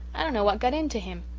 i dunno what got into him.